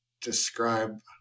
describe